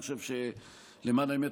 למען האמת,